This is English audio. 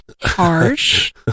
harsh